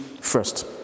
first